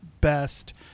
best